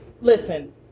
listen